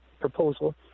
proposal